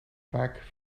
vaak